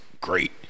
great